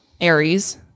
Aries